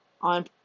On